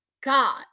God